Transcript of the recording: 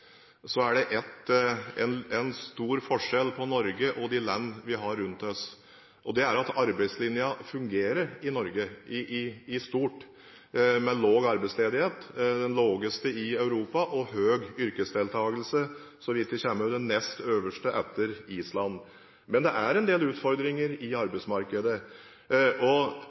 er det én stor forskjell mellom Norge og de land vi har rundt oss. Det er at arbeidslinjen stort sett fungerer i Norge. Vi har den laveste arbeidsledigheten i Europa og den nest høyeste yrkesdeltakelsen – etter Island, så vidt jeg kommer i hug. Men det er en del utfordringer i arbeidsmarkedet.